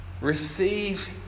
Receive